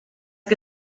que